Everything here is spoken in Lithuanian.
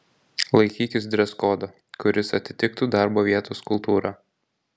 laikykis dreskodo kuris atitiktų darbo vietos kultūrą